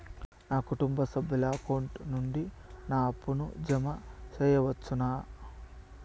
నా కుటుంబ సభ్యుల అకౌంట్ నుండి నా అప్పును జామ సెయవచ్చునా?